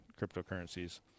cryptocurrencies